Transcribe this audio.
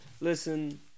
Listen